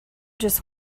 just